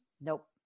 nope